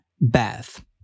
bath